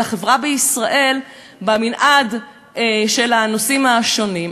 החברה בישראל במנעד של הנושאים השונים.